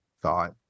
thought